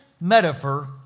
metaphor